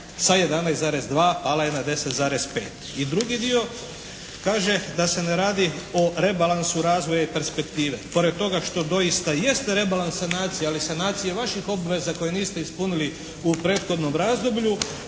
sa 11,2 pala je na 10,5. I drugi dio kaže da se ne radi o rebalansu razvoja i perspektive. Pored toga što doista jeste rebalans sanacije ali sanacije vaših obveza koje niste ispunili u prethodnom razdoblju